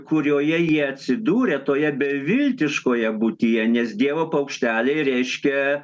kurioje jie atsidūrė toje beviltiškoje būtyje nes dievo paukšteliai reiškia